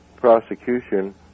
prosecution